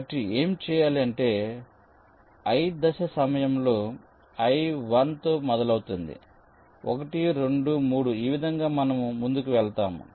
కాబట్టి ఏమి చేయాలి అంటేi దశ సమయంలో i 1 తో మొదలవుతుంది 1 2 3 ఈ విధంగా మనము ముందుకు వెళ్తాము